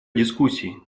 дискуссий